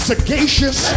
Sagacious